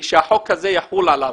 שהחוק הזה יחול עליו.